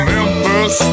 Memphis